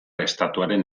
estatuaren